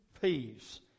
peace